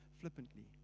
flippantly